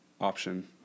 option